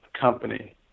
company